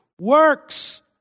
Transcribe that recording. Works